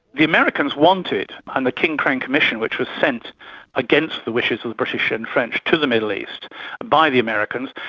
the americans wanted, and the king-crane commission which was sent against the wishes of the british and french to the middle east by the americans.